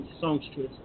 songstress